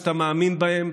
שאתה מאמין בהם,